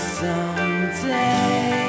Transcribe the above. someday